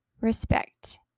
respect